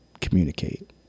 communicate